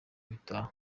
gitaha